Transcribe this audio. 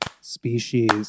Species